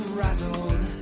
rattled